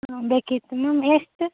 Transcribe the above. ಹಾಂ ಬೇಕಿತ್ತು ಮ್ಯಾಮ್ ಎಷ್ಟು